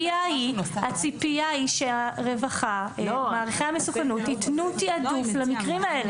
הציפייה היא שמעריכי המסוכנות יתנו תיעדוף למקרים האלה.